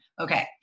Okay